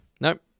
Nope